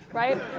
right?